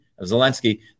Zelensky